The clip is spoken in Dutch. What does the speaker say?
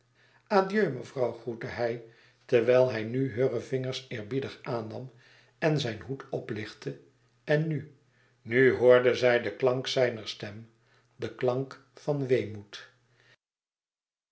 adieu mevrouw groette hij terwijl hij nu heure vingers eerbiedig aannam en zijn hood oplichtte en nu nu hoorde zij den klank zijner stem den klank van